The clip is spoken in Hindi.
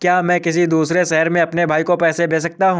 क्या मैं किसी दूसरे शहर में अपने भाई को पैसे भेज सकता हूँ?